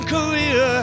Korea